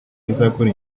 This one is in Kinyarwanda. izakora